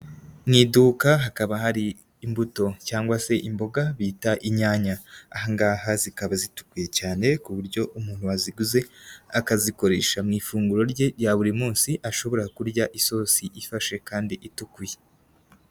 Mu iduka hakaba hari imbuto cyangwa se imboga bita inyanya. Aha ngaha zikaba zitukuye cyane ku buryo umuntu waziguze, akazikoresha mu ifunguro rye rya buri munsi, ashobora kurya isosi ifashe kandi itukuye.